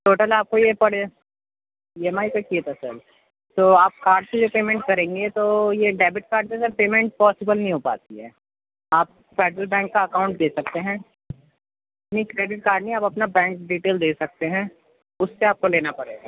total آپ کو یہ پڑے ایم آئی پہ کیے تھے سر تو آپ کارڈ سے پیمنٹ کریں گے تو یہ ڈیبٹ کارڈ سے سر پیمنٹ پاسبل نہیں ہو پاتی ہے آپ فیڈرل بینک كا اكاؤنٹ دے سكتے ہیں نہیں كریڈٹ کارڈ نہیں آپ اپنا بینک ڈیٹیل دے سكتے ہیں اُس سے آپ كو لینا پڑے گا